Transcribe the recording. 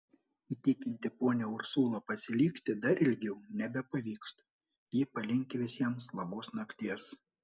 įtikinti ponią ursulą pasilikti dar ilgiau nebepavyksta ji palinki visiems labos nakties